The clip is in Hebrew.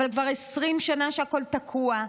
אבל כבר 20 שנה שהכול תקוע,